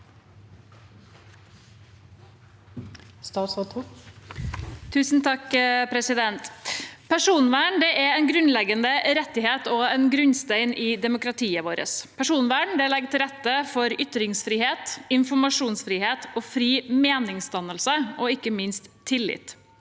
Tung Personvern er en grunnleggende rettighet og en grunnstein i demokratiet vårt. Personvern legger til rette for ytringsfrihet, informasjonsfrihet, fri meningsdannelse og ikke minst tillit.